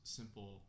simple